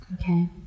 Okay